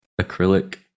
acrylic